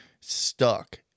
stuck